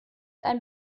ein